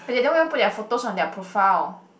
but they don't even put their photos on their profile